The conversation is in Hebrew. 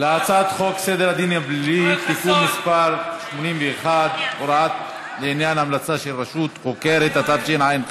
הוא לא סופר אתכם באמת, העניבה שלי נהייתה אדומה